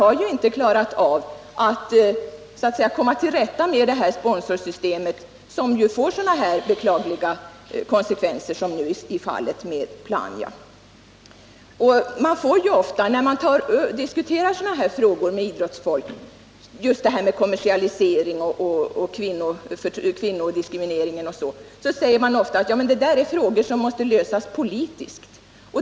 Men man har fortfarande inte råd att göra sig av med de sponsorsystem som får så beklagliga konsekvenser som i fallet med Plannja Baskets damlag. bygdsproblem sägs det ofta att det är frågor som måste lösas politiskt.